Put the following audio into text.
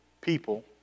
people